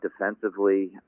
defensively